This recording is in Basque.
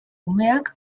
umeak